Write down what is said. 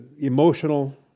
emotional